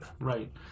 Right